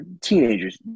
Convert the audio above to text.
teenagers